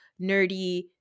nerdy